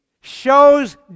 shows